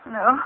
no